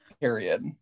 period